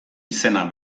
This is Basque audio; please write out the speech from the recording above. izena